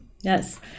Yes